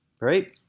right